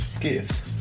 gift